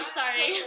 sorry